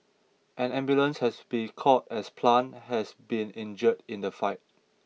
an ambulance has been called as Plant has been injured in the fight